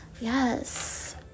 Yes